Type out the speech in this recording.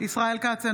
ישראל כץ,